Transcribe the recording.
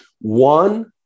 One